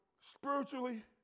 spiritually